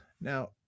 Now